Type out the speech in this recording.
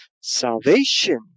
salvation